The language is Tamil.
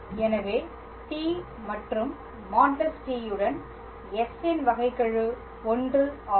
எனவே t மற்றும் | t | உடன் s இன் வகைக்கெழு 1 ஆகும்